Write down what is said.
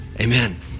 Amen